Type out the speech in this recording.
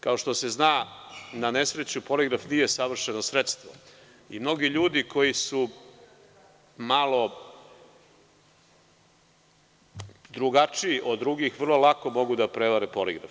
Kao što se zna na nesreću poligraf nije savršeno sredstvo i mnogi ljudi koji su malo drugačiji od drugih vrlo lako mogu da prevare poligraf.